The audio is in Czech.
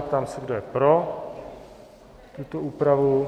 Ptám se, kdo je pro tuto úpravu.